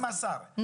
עם השר,